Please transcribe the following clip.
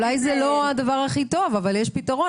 אולי זה לא הדבר הכי טוב, אבל יש פתרון.